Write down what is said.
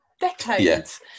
decades